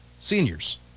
seniors